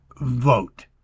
vote